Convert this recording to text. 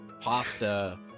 pasta